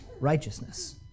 righteousness